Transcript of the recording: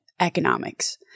economics